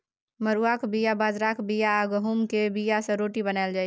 मरुआक बीया, बजराक बीया आ गहुँम केर बीया सँ रोटी बनाएल जाइ छै